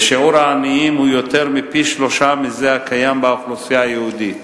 ושיעור העניים הוא יותר מפי-שלושה מזה הקיים באוכלוסייה היהודית.